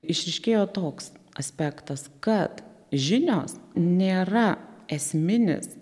išryškėjo toks aspektas kad žinios nėra esminis